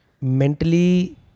Mentally